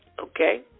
okay